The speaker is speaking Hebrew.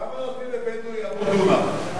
כמה נותנים לבדואי בעבור דונם,